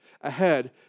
ahead